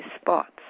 spots